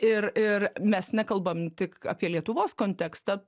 ir ir mes nekalbam tik apie lietuvos kontekstą